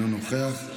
אינו נוכח,